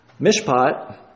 Mishpat